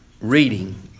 reading